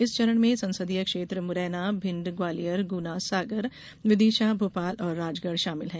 इस चरण में संसदीय क्षेत्र मुरैना भिण्ड ग्वालियर गुना सागर विदिशा भोपाल और राजगढ़ शामिल हैं